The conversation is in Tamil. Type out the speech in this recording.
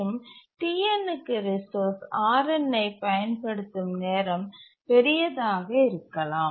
மற்றும் Tn க்கு ரிசோர்ஸ் Rnஐ பயன்படுத்தும் நேரம் பெரியதாக இருக்கலாம்